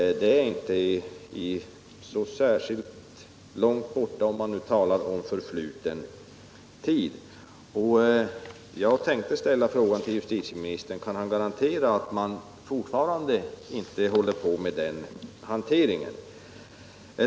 När man talar om förfluten tid så vill jag säga att detta inte ligger särskilt långt tillbaka i tiden. Kan justitieministern garantera att säpo inte alltjämt håller på med sådan hantering?